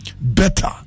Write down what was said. Better